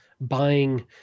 buying